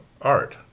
art